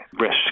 risk